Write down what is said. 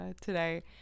today